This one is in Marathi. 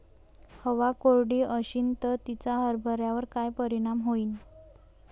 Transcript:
हवा कोरडी अशीन त तिचा हरभऱ्यावर काय परिणाम होईन?